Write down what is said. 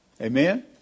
Amen